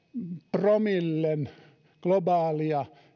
promillen globaalia